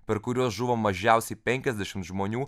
per kuriuos žuvo mažiausiai penkiasdešimt žmonių